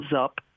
up